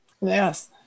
Yes